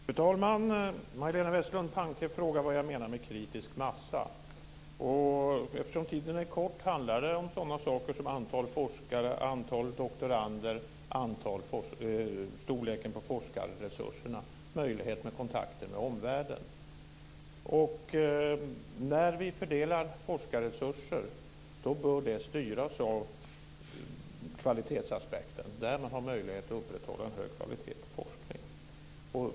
Fru talman! Majléne Westerlund Panke frågar vad jag menar med kritisk massa. Det handlar om sådana saker som antalet forskare, antalet doktorander, storleken på forskarresurserna och möjligheter till kontakter med omvärlden. När vi fördelar forskarresurser bör det styras av kvalitetsaspekten, där man har möjlighet att upprätthålla hög kvalitet på forskning.